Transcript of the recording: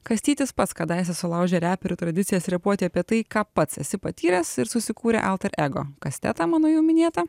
kastytis pats kadaise sulaužė reperių tradicijas repuoti apie tai ką pats esi patyręs ir susikūrė alter ego kastetą mano jau minėtą